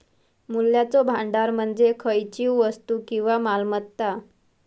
मूल्याचो भांडार म्हणजे खयचीव वस्तू किंवा मालमत्ता